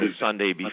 Sunday